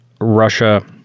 Russia